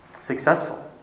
successful